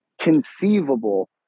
conceivable